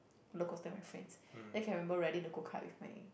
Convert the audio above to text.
roller coaster with my friends then can remember riding the Go Cart with my